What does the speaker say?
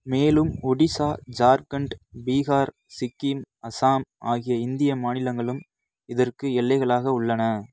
மேலும் ஒடிசா ஜார்க்கண்ட் பீகார் சிக்கிம் அசாம் ஆகிய இந்திய மாநிலங்களும் இதற்கு எல்லைகளாக உள்ளன